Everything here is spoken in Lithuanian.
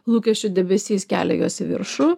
lūkesčių debesys kelia juos į viršų